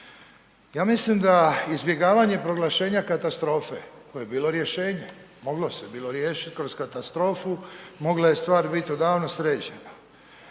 Ja mislim da izbjegavanje proglašenja katastrofe koje je bilo rješenje, moglo se bilo riješiti kroz katastrofu, mogla je stvar biti odavno sređena,